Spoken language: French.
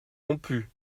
rompu